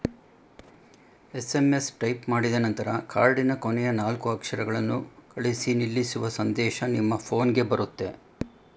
SMS type ಮಾಡಿದನಂತರ ಕಾರ್ಡಿನ ಕೊನೆಯ ನಾಲ್ಕು ಅಕ್ಷರಗಳನ್ನು ಕಳಿಸಿ ನಿಲ್ಲಿಸುವ ಸಂದೇಶ ನಿಮ್ಮ ಫೋನ್ಗೆ ಬರುತ್ತೆ